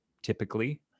typically